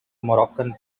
moroccan